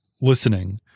listening